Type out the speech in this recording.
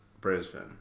Brisbane